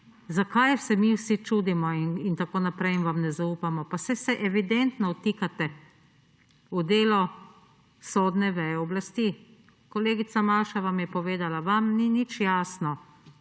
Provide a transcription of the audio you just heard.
Zakaj se mi vsi čudimo in tako naprej in vam ne zaupamo? Pa saj se evidentno vtikate v delo sodne veje oblasti. Kolegica Maša vam je povedala, vam ni nič jasno,